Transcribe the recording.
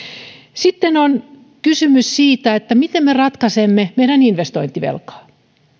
sitten on kysymys siitä miten me ratkaisemme meidän investointivelkaa